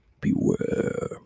beware